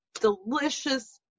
delicious